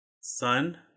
Sun